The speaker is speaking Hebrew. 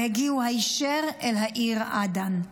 והגיעו היישר אל העיר עדן,